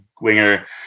winger